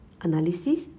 analysis